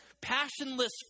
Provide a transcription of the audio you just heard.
passionless